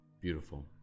beautiful